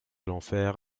l’enfer